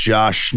Josh